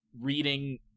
reading